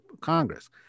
Congress